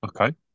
Okay